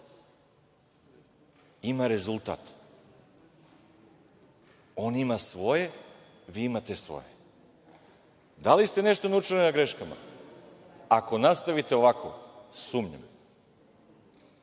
Ima rezultat. On ima svoje, vi imate svoje. Da li ste nešto naučili na greškama? Ako nastavite ovako, sumnjam.